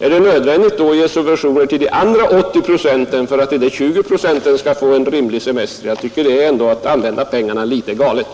Är det då nödvändigt att ge subventioner till de andra 80 procenten av medborgarna för att de 20 procenten skall få en rimlig semester? Jag tycker ändå att det vore att använda pengarna litet galet.